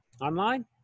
Online